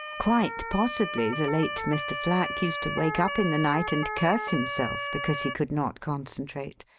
quite possibly the late mr. flack used to wake up in the night and curse himself because he could not concentrate,